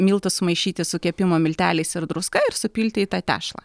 miltus sumaišyti su kepimo milteliais ir druska ir supilti į tą tešlą